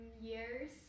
years